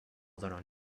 southern